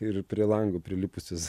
ir prie lango prilipusios